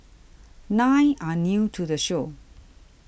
nine are new to the show